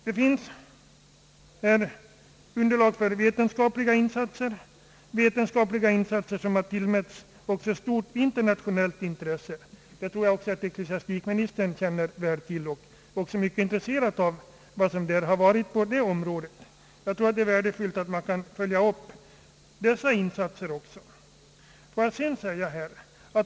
Det finns underlag för vetenskapliga insatser, som också tillmäts stort internationellt intresse — ecklesiastikministern känner väl till detta och är mycket intresserad av vad som förevarit på det området. Det är värdefullt och nödvändigt att man också kan följa upp dessa insatser.